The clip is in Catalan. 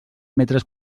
metres